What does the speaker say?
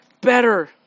better